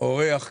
אורח כאן,